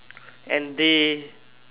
and they